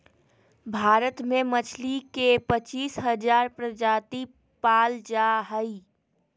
भारत में मछली के पच्चीस हजार प्रजाति पाल जा हइ